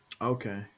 okay